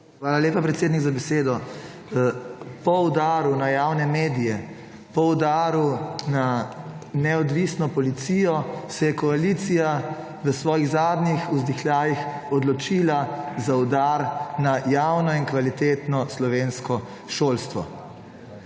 Hvala lepa, predsednik, za besedo. Po udaru na javne medije, po uradu na neodvisno policijo se je koalicija v svojih zadnjih vzdihljajih odločila za udar na javno in kvalitetno slovensko šolstvo.